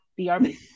Brb